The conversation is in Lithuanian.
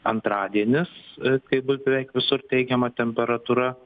antradienis kai bus beveik visur teigiama temperatūra